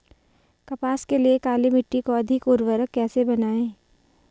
कपास के लिए काली मिट्टी को अधिक उर्वरक कैसे बनायें?